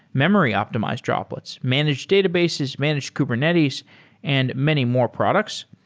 memory optimized droplets, managed databases, managed kubernetes and many more products.